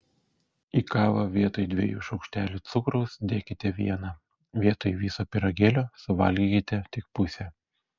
į kavą vietoj dviejų šaukštelių cukraus dėkite vieną vietoj viso pyragėlio suvalgykite tik pusę